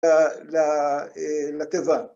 לתיבה.